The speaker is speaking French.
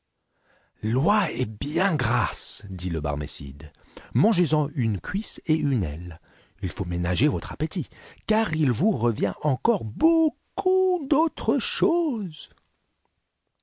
l'oie est bien grasse dit le barmécide mangez en une cuisse et une aile il faut ménager votre appétit car il vous revient encore beaucoup d'autres choses